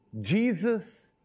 Jesus